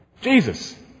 Jesus